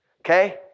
Okay